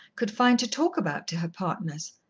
could find to talk about to her partners.